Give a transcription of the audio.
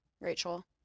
Rachel